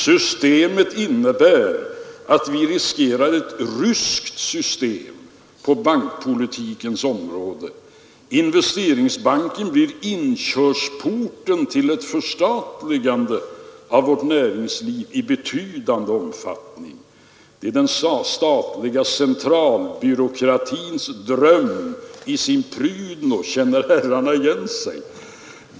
”Systemet innebär att vi riskerar ett ryskt system på bankpolitikens område.” ”Investeringsbanken blir inkörsporten till ett förstatligande av vårt näringsliv i betydande omfattning.” — ”Det är den statliga centralbyråkratins dröm i sin prydno” — känner herrarna igen sig?